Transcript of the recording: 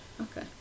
Okay